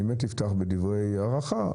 אפתח בדברי הערכה,